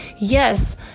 yes